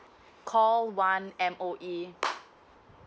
call one M_O_E